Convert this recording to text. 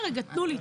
תנו לי,